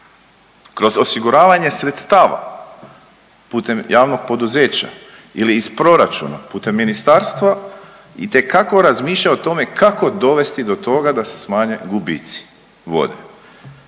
kroz osiguravanje sredstava putem javnog poduzeća ili iz proračuna putem ministarstva itekako razmišlja o tome kako dovesti do toga da se smanje gubici vode.